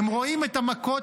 הם רואים את המכות,